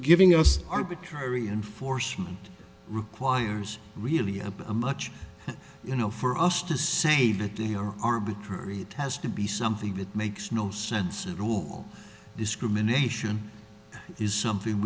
giving us arbitrary enforcement requires really up a much you know for us to say that they are arbitrary has to be something that makes no sense at all discrimination is something